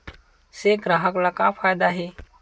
से ग्राहक ला का फ़ायदा हे?